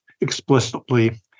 explicitly